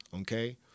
Okay